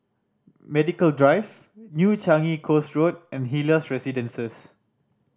Medical Drive New Changi Coast Road and Helios Residences